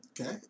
Okay